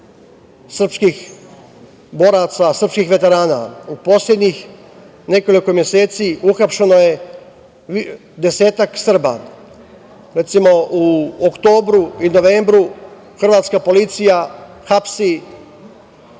srpskih boraca, srpskih veterana. U poslednjih nekoliko meseci uhapšeno je desetak Srba. Recimo, u oktobru i novembru hrvatska policija hapsi